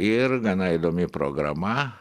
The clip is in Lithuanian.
ir gana įdomi programa